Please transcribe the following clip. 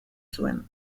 zuen